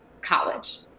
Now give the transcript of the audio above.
college